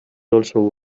also